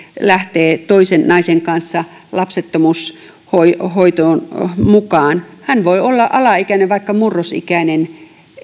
lähtee toisen naisen kanssa lapsettomuushoitoon mukaan hän voi olla alaikäinen vaikka murrosikäinen